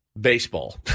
baseball